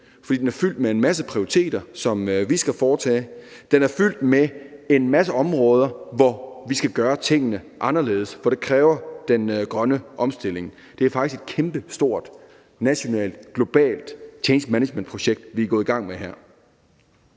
for den er fyldt med en masse prioriteter, som vi skal foretage, og den er fyldt med en masse områder, hvor vi skal gøre tingene anderledes, for det kræver den grønne omstilling. Det er faktisk både nationalt og globalt et kæmpestort change management-projekt, vi er gået i gang med.